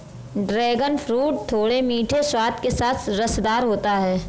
dragon fruit थोड़े मीठे स्वाद के साथ रसदार होता है